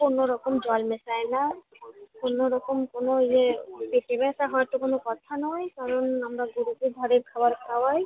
কোনো রকম জল মেশাই না কোনো রকম কোনো ইয়ে পেটে ব্যথা হওয়ার তো কোনো কথা নয় কারণ আমরা গরুকে ঘরের খাবার খাওয়াই